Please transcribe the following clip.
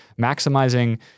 maximizing